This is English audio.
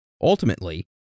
ultimately